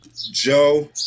Joe